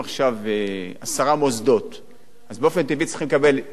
אז באופן טבעי צריכים לקבל שניים במגזר הערבי ושמונה ביהודי,